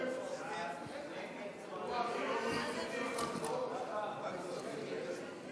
ההסתייגות (7) של קבוצת סיעת הרשימה המשותפת,